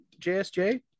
JSJ